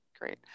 great